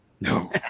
no